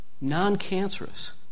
non-cancerous